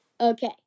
Okay